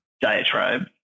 diatribe